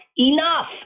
enough